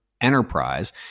enterprise